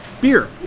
beer